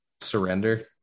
surrender